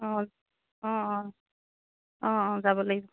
অঁ অঁ অঁ যাব লাগিব